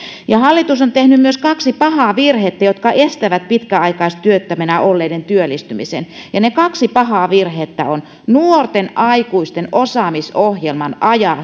hallitus on tehnyt myös kaksi pahaa virhettä jotka estävät pitkäaikaistyöttöminä olleiden työllistymisen ne kaksi pahaa virhettä ovat nuorten aikuisten osaamisohjelman